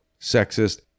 sexist